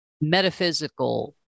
metaphysical